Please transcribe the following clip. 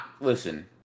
listen